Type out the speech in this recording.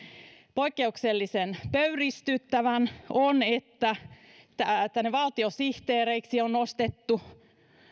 poikkeuksellisen pöyristyttävän on se että tänne valtiosihteereiksi on nostettu